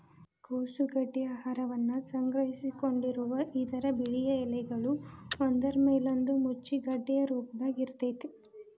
ಕೋಸು ಗಡ್ಡಿ ಆಹಾರವನ್ನ ಸಂಗ್ರಹಿಸಿಕೊಂಡಿರುವ ಇದರ ಬಿಳಿಯ ಎಲೆಗಳು ಒಂದ್ರಮೇಲೊಂದು ಮುಚ್ಚಿ ಗೆಡ್ಡೆಯ ರೂಪದಾಗ ಇರ್ತೇತಿ